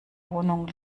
wohnung